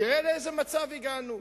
תראה לאיזה מצב הגענו,